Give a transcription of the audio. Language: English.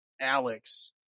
Alex